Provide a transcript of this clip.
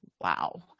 wow